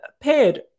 paired